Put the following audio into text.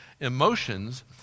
emotions